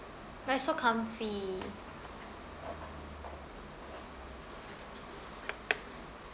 but it's so comfy